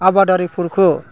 आबादारिफोरखौ